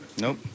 Nope